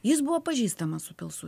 jis buvo pažįstamas su pilsud